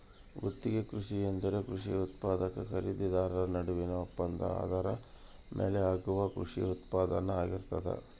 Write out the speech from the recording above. ಗುತ್ತಿಗೆ ಕೃಷಿ ಎಂದರೆ ಕೃಷಿ ಉತ್ಪಾದಕ ಖರೀದಿದಾರ ನಡುವಿನ ಒಪ್ಪಂದದ ಆಧಾರದ ಮೇಲೆ ಆಗುವ ಕೃಷಿ ಉತ್ಪಾನ್ನ ಆಗಿರ್ತದ